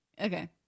Okay